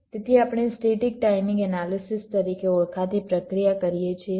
તેથી આપણે static timing analysis તરીકે ઓળખાતી પ્રક્રિયા કરીએ છીએ